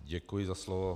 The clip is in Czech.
Děkuji za slovo.